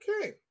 Okay